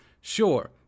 Sure